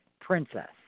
princess